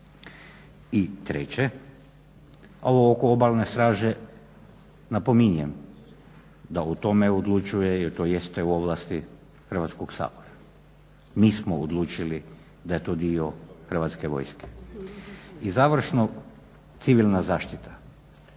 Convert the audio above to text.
I treće, ovo oko Obalne straže napominjem da o tome odlučuje jer to jeste u ovlasti Hrvatskog sabora. Mi smo odlučili da je to dio Hrvatske vojske. I završno, Civilna zaštita.